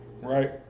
right